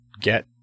get